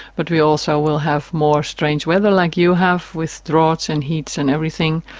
but we also will have more strange weather like you have, with droughts and heat and everything.